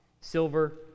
silver